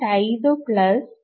5 0